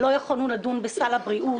לא יכולנו לדון בסל הבריאות,